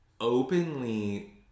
openly